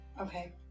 Okay